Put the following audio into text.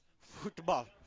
Football